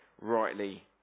rightly